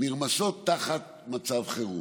נרמסות תחת מצב חירום.